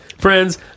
friends